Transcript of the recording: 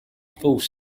false